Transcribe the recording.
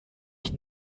ich